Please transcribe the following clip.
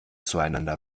zueinander